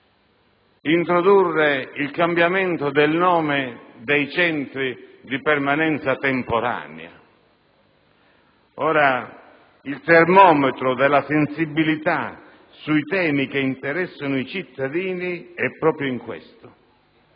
introdurre il cambiamento del nome dei centri di permanenza temporanea. Il termometro della sensibilità sui temi che interessano i cittadini è proprio in questo;